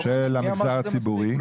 של המגזר הציבורי --- זה לא מספיק.